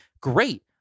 great